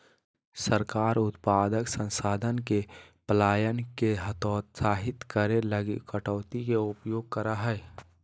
सरकार उत्पादक संसाधन के पलायन के हतोत्साहित करे लगी कटौती के उपयोग करा हइ